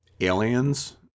aliens